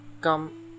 come